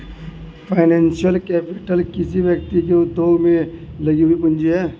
financial capital किसी व्यक्ति के उद्योग में लगी हुई पूंजी है